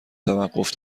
توقف